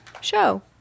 show